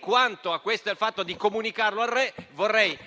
Quanto al fatto di comunicarlo al re, vorrei